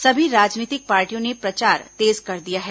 सभी राजनीतिक पार्टियों ने प्रचार तेज कर दिया है